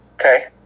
okay